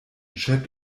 chat